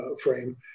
frame